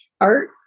art